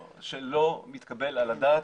שלא מתקבלים על הדעת.